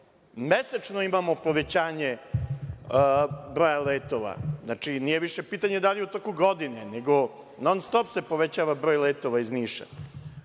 mesečno imamo povećanje broja letova. Znači, nije više pitanje da li u toku godine, nego non stop se povećava broj letova iz Niša